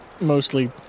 mostly